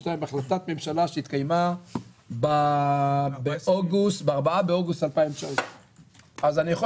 2022 בהחלטת ממשלה שהתקיימה ב-4 באוגוסט 2019. אני יכול